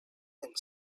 and